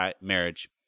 marriage